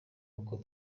uko